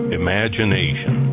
imagination